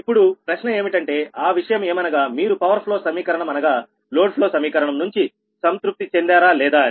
ఇప్పుడు ప్రశ్న ఏమిటంటే ఆ విషయం ఏమనగా మీరు పవర్ ఫ్లో సమీకరణం అనగా లోడ్ ఫ్లో సమీకరణం నుంచి సంతృప్తి చెందారా లేదా అని